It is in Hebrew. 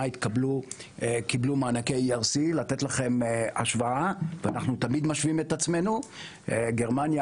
קיבלו מענקי ERC. לשם השוואה ואנחנו תמיד משווים את עצמנו גרמניה,